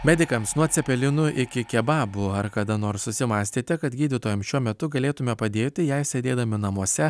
medikams nuo cepelinų iki kebabų ar kada nors susimąstėte kad gydytojams šiuo metu galėtume padėti jei sėdėdami namuose